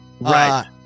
Right